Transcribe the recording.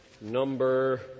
number